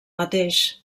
mateix